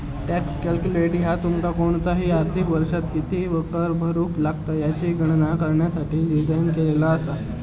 tax calculator ह्या तुमका कोणताही आर्थिक वर्षात किती कर भरुक लागात याची गणना करण्यासाठी डिझाइन केलेला असा